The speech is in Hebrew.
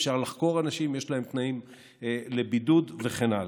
אפשר לחקור אנשים, יש להם תנאים לבידוד וכן הלאה.